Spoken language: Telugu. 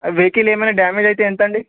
వెహికిల్ ఏమైనా డామేజ్ అయితే ఎంతండి